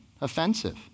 offensive